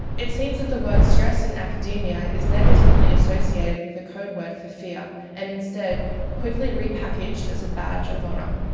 it seems that the word stress in academia is negatively associated with a code word for fear, and instead quickly repackaged as a badge of honour.